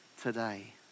today